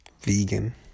vegan